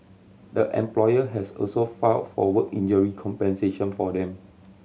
the employer has also file for work injury compensation for them